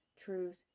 truth